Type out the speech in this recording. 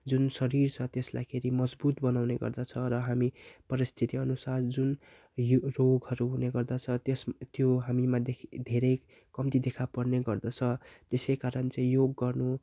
जुन शरीर छ त्यसलाई खेरि मजबुत बनाउने गर्दछ र हामी परिस्थिति अनुसार जुन यो रोगहरू हुने गर्दछ त्यस त्यो हामीमा देखिने धेरै कम्ती देखा पर्ने गर्दछ त्यसैकारण चाहिँ योग गर्नु